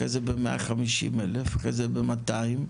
אחרי זה ב150,000 אחרי זה ב-200,000,